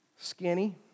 skinny